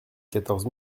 quatorze